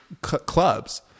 Clubs